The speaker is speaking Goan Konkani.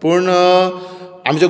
पूण आमचो